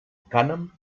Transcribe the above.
cànem